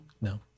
No